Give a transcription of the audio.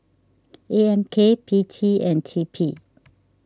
A M K P T and T P